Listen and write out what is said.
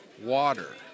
water